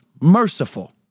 merciful